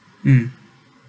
mm